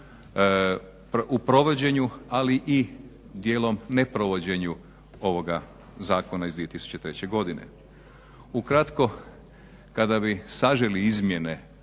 u provođenju ali i dijelom ne provođenu ovoga zakona iz 2003.godine. Ukratko kada bi saželi izmjene